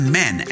men